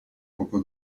poco